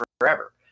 forever